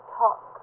talk